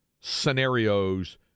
scenarios